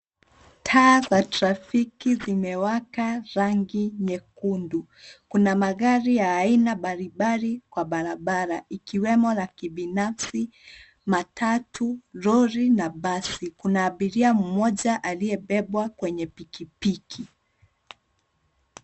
Taa za trafiki zimewaka rangi nyekundu. Kuna magari ya aina mbalimbali kwa barabara, ikiwemo la kibinafsi, matatu, lori na basi. Kuna abiria mmoja aliyebebwa kwenye pikipiki.